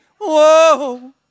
whoa